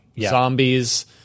zombies